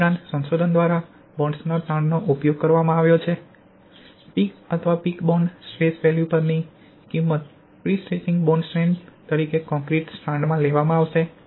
આ ઉપરાંત સંશોધન દ્વારા બોન્ડ્સના તાણનો ઉપયોગ કરવામાં આવ્યો છે પીક અથવા પીક બોન્ડ સ્ટ્રેસ વેલ્યુ પરની કિંમત પ્રીસ્ટ્રેસિંગની બોન્ડ સ્ટ્રેન્થ તરીકે કોંક્રિટ માં સ્ટ્રાન્ડ લેવામાં આવશે